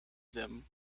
them